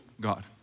God